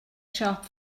siop